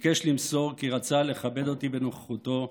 ביקש למסור כי רצה לכבד אותי בנוכחותו,